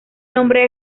nombre